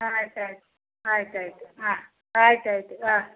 ಹಾಂ ಆಯ್ತು ಆಯ್ತು ಆಯ್ತು ಆಯಿತು ಹಾಂ ಆಯ್ತು ಆಯಿತು ಹಾಂ